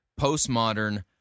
postmodern